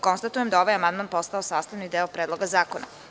Konstatujem da je ovaj amandman postao sastavni deo Predloga zakona.